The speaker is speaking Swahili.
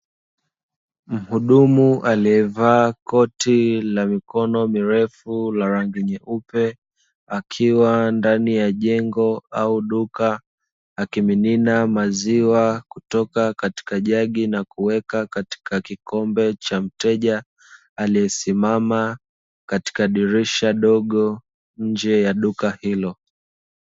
Muhudumu aliyevaa koti la mikono mirefu la rangi nyeupe akiwa ndani ya jengo au duka akimimina maziwa kutoka katika jagi na kuweka katika kikombe cha mteja aliyesimama katika dirisha dogo nje ya duka hilo.